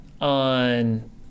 on